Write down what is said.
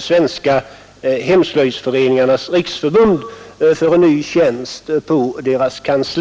Svenska hemslöjdsförenigarnas riksförbund för en ny tjänst på förbundets kansli.